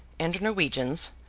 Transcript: and norwegians,